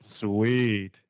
Sweet